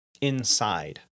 inside